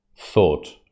thought